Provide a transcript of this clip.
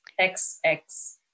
XX